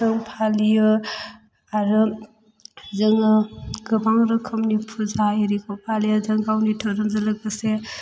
जों फालियो आरो जोङो गोबां रोखोमनि फुजा एरिखौ फालियो जों गावनि धोरोमजों लोगोसे